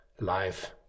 life